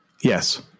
Yes